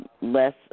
less